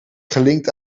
gelinkt